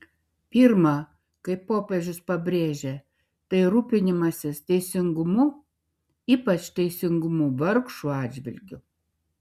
pirma kaip popiežius pabrėžė tai rūpinimasis teisingumu ypač teisingumu vargšų atžvilgiu